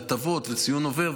הטבות וציון עובר,